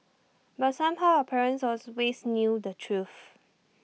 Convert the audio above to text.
but somehow our parents knew the truth